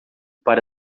para